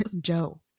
Joe